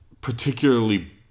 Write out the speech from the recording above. particularly